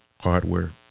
hardware